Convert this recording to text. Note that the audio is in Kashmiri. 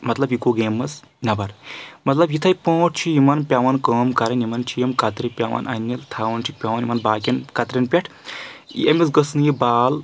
مطلب یہِ گوٚو گیمہِ مَنٛز نیٚبر مَطلَب یِتھٕے پٲٹھۍ چھِ یِمَن پؠوان کٲم کرٕنۍ یِمَن چھِ یِم کَترِ پؠوان اَننہِ تھاوان چھِکھ پؠوان یِمن باقیَن کترٮ۪ن پؠٹھ أمِس گٔژھ نہٕ یہِ بال